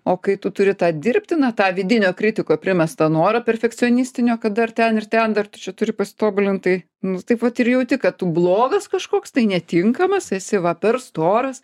o kai tu turi tą dirbtiną tą vidinio kritiko primestą norą perfekcionistinio kad dar ten ir ten dar tu čia turi pasitobulint tai nu taip vat ir jauti kad tu blogas kažkoks tai netinkamas esi va per storas